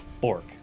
Bork